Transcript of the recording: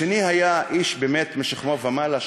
השני היה איש משכמו ומעלה,